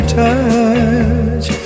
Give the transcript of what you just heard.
touch